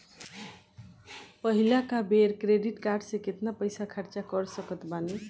पहिलका बेर credit card से केतना पईसा खर्चा कर सकत बानी?